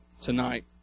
tonight